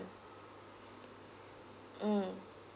mm